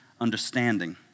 understanding